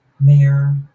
Mayor